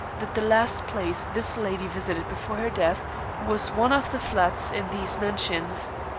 that the last place this lady visited before her death was one of the flats in these mansions.